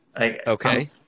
Okay